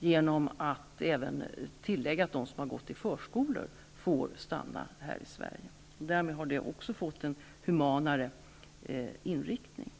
innebär att även de barn som har gått i förskola får stanna här i Sverige. Därmed har denna praxis också fått en humanare inriktning.